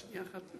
שנייה אחת,